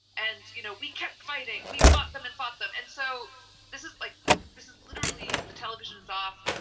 and, you know, we kept fighting. we fought them and fought them. and so this is like this is literally the televisions off.